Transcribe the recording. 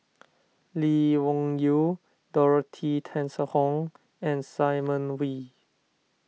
Lee Wung Yew Dorothy Tessensohn and Simon Wee